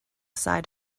side